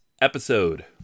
episode